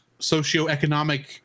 socioeconomic